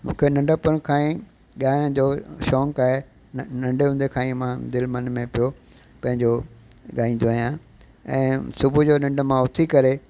मूंखे नंढपण खां ई ॻाइण जो शौक़ु आहे न नंढे हूंदे खां ई मां दिलि मन में पियो पंहिंजो ॻाईंदो आहियां ऐं सुबुह जो निंड मां उथी करे